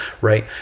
right